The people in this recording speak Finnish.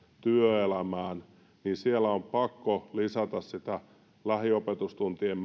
työelämään niin siellä on pakko lisätä sitä lähiopetustuntien